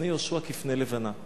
ופני יהושע כפני לבנה.